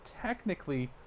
technically